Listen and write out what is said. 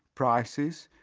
prices,